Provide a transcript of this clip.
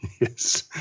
Yes